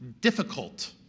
difficult